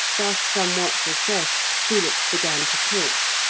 thus somewhat refreshed, felix began to talk,